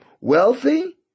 wealthy